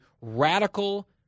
radical